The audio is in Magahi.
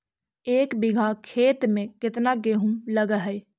एक बिघा खेत में केतना गेहूं लग है?